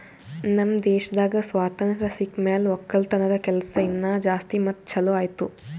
ನಮ್ ದೇಶದಾಗ್ ಸ್ವಾತಂತ್ರ ಸಿಕ್ ಮ್ಯಾಲ ಒಕ್ಕಲತನದ ಕೆಲಸ ಇನಾ ಜಾಸ್ತಿ ಮತ್ತ ಛಲೋ ಆಯ್ತು